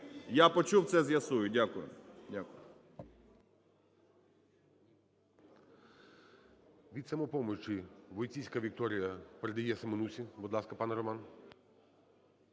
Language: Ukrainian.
Я почув. Це з'ясую. Дякую.